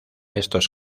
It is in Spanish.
estos